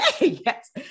Yes